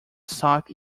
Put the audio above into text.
sought